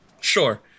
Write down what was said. Sure